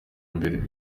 imbere